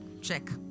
Check